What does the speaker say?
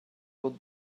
put